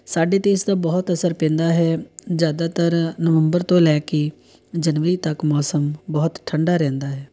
ਸਾਡੇ 'ਤੇ ਇਸ ਦਾ ਬਹੁਤ ਅਸਰ ਪੈਂਦਾ ਹੈ ਜ਼ਿਆਦਾਤਰ ਨਵੰਬਰ ਤੋਂ ਲੈ ਕੇ ਜਨਵਰੀ ਤੱਕ ਮੌਸਮ ਬਹੁਤ ਠੰਡਾ ਰਹਿੰਦਾ ਹੈ